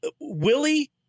Willie